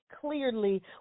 clearly